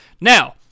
Now